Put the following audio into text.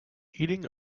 eating